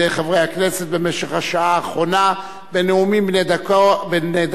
חברי הכנסת במשך השעה האחרונה בנאומים בני דקה,